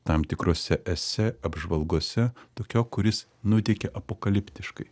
tam tikrose esė apžvalgose tokio kuris nuteikia apokaliptiškai